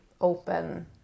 open